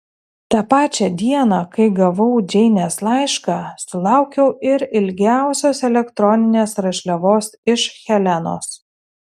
tą pačią dieną kai gavau džeinės laišką sulaukiau ir ilgiausios elektroninės rašliavos iš helenos